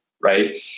right